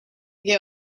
get